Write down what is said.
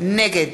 נגד